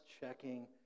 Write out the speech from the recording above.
checking